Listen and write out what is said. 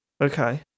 Okay